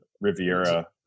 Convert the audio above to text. riviera